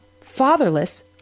fatherless